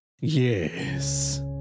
Yes